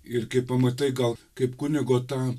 ir kai pamatai gal kaip kunigo tą